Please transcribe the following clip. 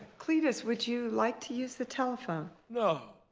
cletus, would you like to use the telephone? no.